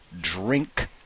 Drink